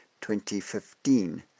2015